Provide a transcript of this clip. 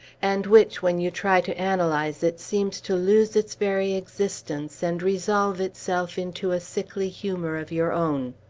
and which, when you try to analyze it, seems to lose its very existence, and resolve itself into a sickly humor of your own.